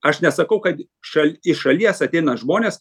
aš nesakau kad šal iš šalies ateina žmonės